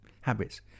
habits